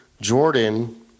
jordan